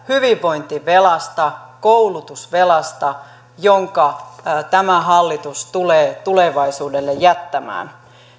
hyvinvointivelasta koulutusvelasta jonka tämä hallitus tulee tulevaisuudelle jättämään